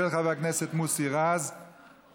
של חבר הכנסת סאלח סעד